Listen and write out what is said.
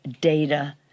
data